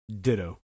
Ditto